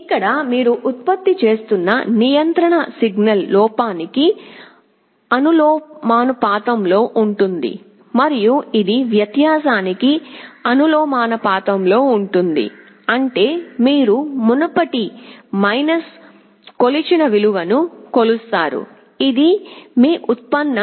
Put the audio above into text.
ఇక్కడ మీరు ఉత్పత్తి చేస్తున్న నియంత్రణ సిగ్నల్ లోపానికి అనులోమానుపాతంలో ఉంటుంది మరియు ఇది వ్యత్యాసానికి అనులోమానుపాతంలో ఉంటుంది అంటే మీరు మునుపటి మైనస్ కొలిచిన విలువను కొలుస్తారు ఇది మీ ఉత్పన్నం